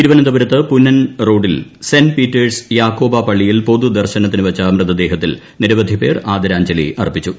തിരുവനന്തപുരത്ത് പുന്നൻ റോഡിൽ saint Peter's Yakoba പള്ളിയിൽ പൊതുദർശനത്തിന് വച്ച മൃതദേഹത്തിൽ നിരവധിപേർ ആദരാഞ്ജലി അർപ്പിച്ചു